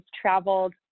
traveled